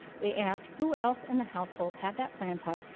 we ask, who else in the household had that plan type,